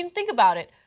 and think about it,